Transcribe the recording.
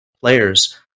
players